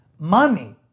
Money